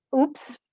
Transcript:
oops